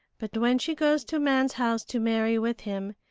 but when she goes to man's house to marry with him,